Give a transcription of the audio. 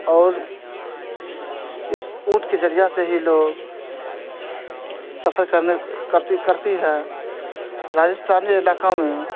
اور اس اونٹ کے ذریعہ سے ہی لوگ سفر کرنے کرتی کرتی ہے راجستھانی علاقہ میں